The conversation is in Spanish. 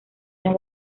una